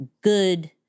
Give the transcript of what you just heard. good